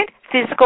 physical